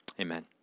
Amen